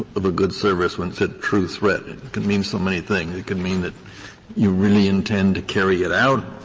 of a good service when it said true threat. it could mean so many things. it could mean that you really intend to carry it out,